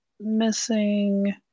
Missing